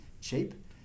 cheap